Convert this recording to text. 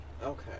Okay